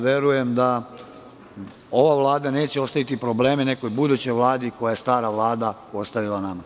Verujem da ova Vlada neće ostaviti probleme nekoj budućoj Vladi koje je stara Vlada ostavila nama.